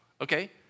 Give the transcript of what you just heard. okay